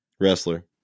wrestler